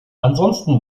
ansonsten